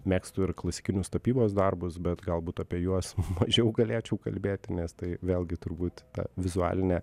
mėgstu ir klasikinius tapybos darbus bet galbūt apie juos mažiau galėčiau kalbėti nes tai vėlgi turbūt ta vizualinė